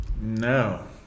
No